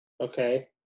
Okay